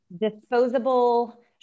disposable